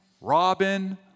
Robin